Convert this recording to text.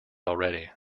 already